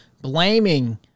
blaming